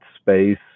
space